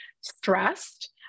stressed